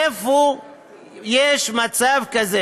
איפה יש מצב כזה?